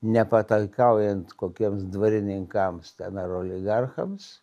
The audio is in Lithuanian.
nepataikaujant kokiems dvarininkams ten ar oligarchams